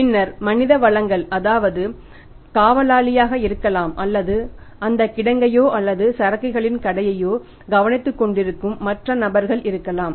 பின்னர் மனித வளங்கள் அதாவது காவலாளியாக இருக்கலாம் அல்லது அந்தக் கிடங்கையோ அல்லது சரக்குகளின் கடையையோ கவனித்துக்கொண்டிருக்கும் மற்ற நபர்கள் இருக்கலாம்